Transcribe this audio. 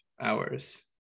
hours